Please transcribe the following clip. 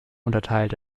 unterteilt